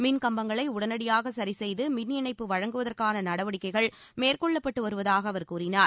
மின் கம்பங்களை உடனடியாக சரி செய்து மின் இணைப்பு வழங்குவதற்கான நடவடிக்கைகள் மேற்கொள்ளப்பட்டு வருவதாக அவர் கூறினார்